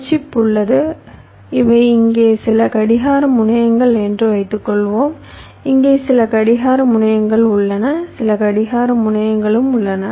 ஒரு சிப் உள்ளது இவை இங்கே சில கடிகார முனையங்கள் என்று வைத்துக்கொள்வோம் இங்கே சில கடிகார முனையங்கள் உள்ளன சில கடிகார முனையங்கள் உள்ளன